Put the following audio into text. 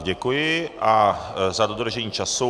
Děkuji za dodržení času.